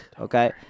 okay